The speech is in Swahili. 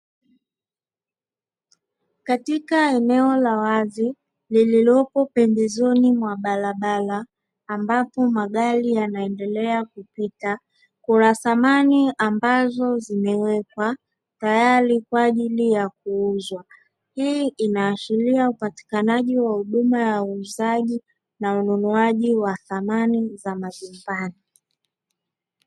Katika eneo la wazi lilipo pembezoni mwa barabara ambapo magari yanaendelea kupita, kuna samani ambazo zimewekwa tayari kwa ajili ya kuuzwa. Hii inaashiria upatikanaji wa huduma ya uuzaji na ununuaji wa samani za majumbani.